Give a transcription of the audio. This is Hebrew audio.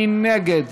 מי נגד?